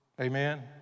amen